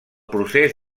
procés